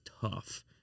tough